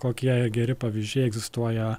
kokie geri pavyzdžiai egzistuoja